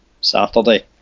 Saturday